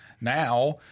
now